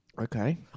Okay